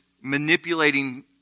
manipulating